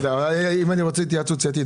אם אני רוצה התייעצות סיעתית,